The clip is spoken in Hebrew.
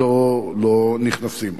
לא נכנסים.